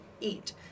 eat